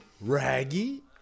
Raggy